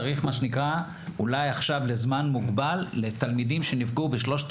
צריך מה שנקרא אולי עכשיו לזמן מוגבל לתת לתלמידים שנפגעו בשלושת